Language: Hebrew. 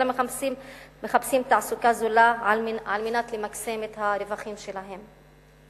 אלא מחפשים תעסוקה זולה על מנת למקסם את הרווחים שלהם.